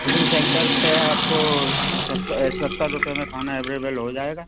tiffin centre से आपको सत्तर सत्तर रुपये में खाना अवेलेबल हो जाएगा